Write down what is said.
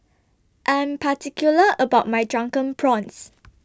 I'm particular about My Drunken Prawns